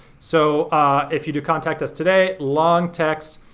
so if you do contact us today, long text,